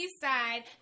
side